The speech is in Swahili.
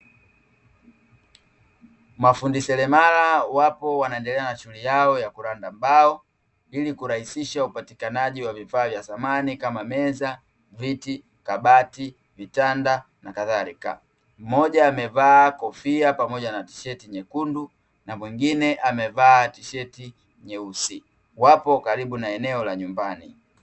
Mafundi seremala wapo wanaendelea na shughuli yao ya kuranda mbao, ili kurahisisha upatikanaji wa vifaa vya thamani kama: meza, viti, kabati, vitanda na kadhalika. Mmoja amevaa kofia pamoja na tisheti nyekundu, na mwingine amevaa tisheti nyeusi; wapo karibu na eneo la nyumbani.